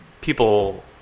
people